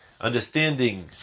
understanding